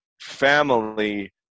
family